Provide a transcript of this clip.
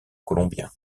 colombiens